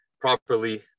properly